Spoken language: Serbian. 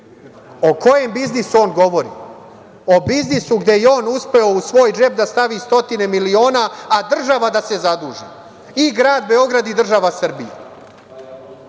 O kojem biznisu on govori? O biznisu gde je on uspeo u svoj džep da stavi stotine miliona a država da se zaduži, i grad Beograd i država Srbija? Tome